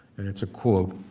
and it's a quote,